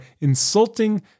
insulting